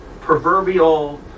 proverbial